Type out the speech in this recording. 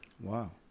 Wow